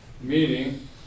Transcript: meeting